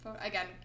again